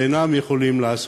והם אינם יכולים לעשות.